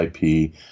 IP